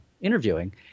interviewing